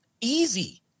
Easy